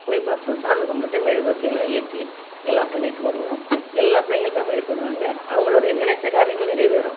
போய் பார்த்து சாமி கும்பிட்டுட்டு மெழுகுவர்த்திலாம் ஏற்றி எல்லாம் பண்ணிட்டு வருவோம் எல்லா பிள்ளைங்களுமே வழிபடுவங்க அவங்களுடைய நினைத்த காரியங்கள் நிறைவேறும்